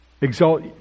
exalt